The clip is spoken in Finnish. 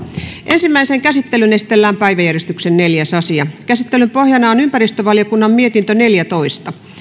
ensimmäiseen käsittelyyn esitellään päiväjärjestyksen neljäs asia käsittelyn pohjana on ympäristövaliokunnan mietintö neljätoista